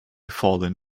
fallen